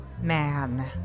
man